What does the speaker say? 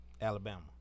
Alabama